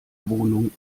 wohnung